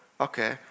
okay